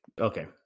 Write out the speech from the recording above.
Okay